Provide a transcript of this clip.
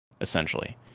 essentially